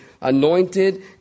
anointed